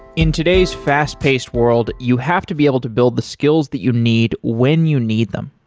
in today's fast-paced world, you have to be able to build the skills that you need when you need them.